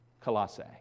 Colossae